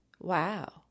Wow